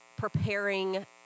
preparing